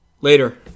Later